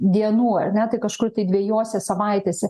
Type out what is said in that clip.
dienų ar ne tai kažkur tai dvejose savaitėse